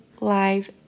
live